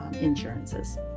insurances